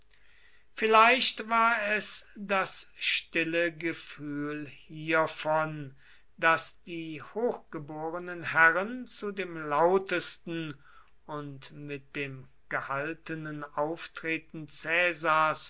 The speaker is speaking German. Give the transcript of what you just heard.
vielleicht war es das stille gefühl hiervon das die hochgeborenen herren zu dem lautesten und mit dem gehaltenen auftreten